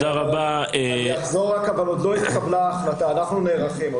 אנחנו נערכים.